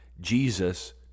Jesus